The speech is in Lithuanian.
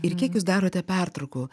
ir kiek jūs darote pertraukų